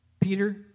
Peter